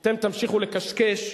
אתם תמשיכו לקשקש,